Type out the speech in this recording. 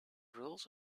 rules